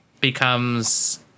becomes